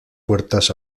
puertas